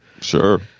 Sure